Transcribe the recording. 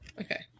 Okay